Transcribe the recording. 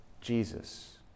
Jesus